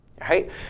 right